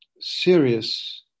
serious